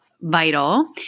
vital